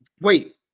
Wait